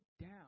down